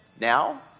Now